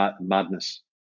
madness